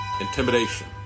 intimidation